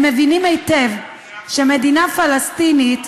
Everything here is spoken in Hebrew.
הם מבינים היטב שמדינה פלסטינית,